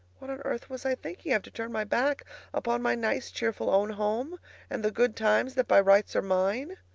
what on earth was i thinking of to turn my back upon my nice cheerful own home and the good times that by rights are mine?